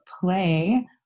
play